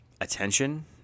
Attention